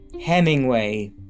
Hemingway